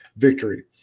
victory